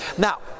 Now